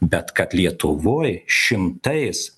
bet kad lietuvoj šimtais